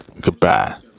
Goodbye